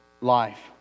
life